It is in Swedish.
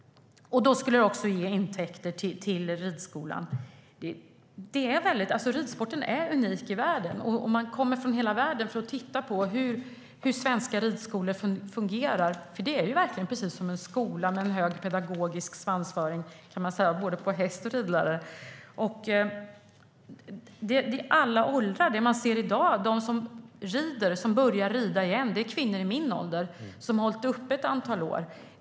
Det skulle också ge intäkter till ridskolan. Ridsporten är unik i världen, och man kommer från hela världen för att titta på hur svenska ridskolor fungerar. Det är verkligen precis som en skola med en hög pedagogisk svansföring både på häst och ridlärare, kan man säga. Det är alla åldrar. De som börjar rida igen i dag är kvinnor i min ålder som har hållit upp ett antal år.